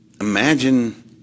imagine